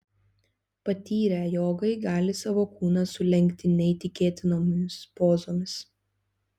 patyrę jogai gali savo kūną sulenkti neįtikėtinomis pozomis